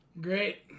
Great